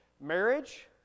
Marriage